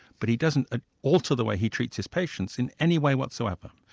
but he doesn't ah alter the way he treats his patients in any way whatsoever.